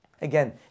Again